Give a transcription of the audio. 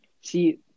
see